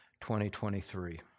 2023